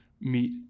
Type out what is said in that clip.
meet